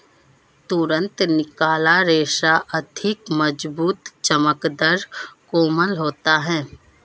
तुरंत निकाला रेशा अधिक मज़बूत, चमकदर, कोमल होता है